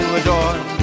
adore